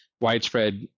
widespread